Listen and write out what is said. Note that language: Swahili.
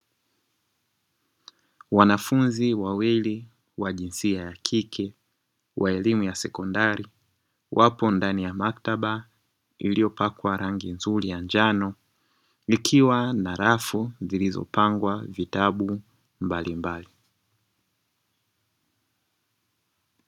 Wanafunzi wawili wa jinsia ya kike wa elimu ya sekondari wapo ndani ya maktaba, iliyopakwa rangi nzuri ya njano ikiwa na rafu zilizopangwa vitabu mbalimbali.